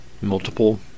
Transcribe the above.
multiple